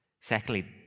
Secondly